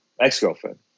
ex-girlfriend